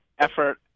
effort